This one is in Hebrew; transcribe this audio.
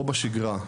פה בשגרה,